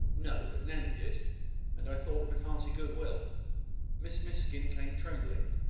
no but nanny did and, i thought, with hearty good will miss miskin came trembling,